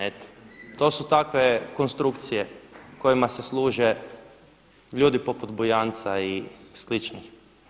Eto, to su takve konstrukcije kojima se služe ljudi poput Bujanca i sličnih.